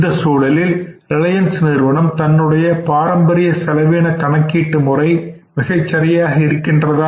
இந்த சூழலில் ரிலையன்ஸ் நிறுவனம் தன்னுடைய பாரம்பரிய செலவின கணக்கீட்டு முறை மிகச் சிறப்பாக இருக்கின்றதா